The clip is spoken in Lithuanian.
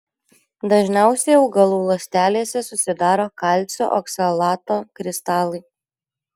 dažniausiai augalų ląstelėse susidaro kalcio oksalato kristalai